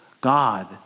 God